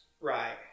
Right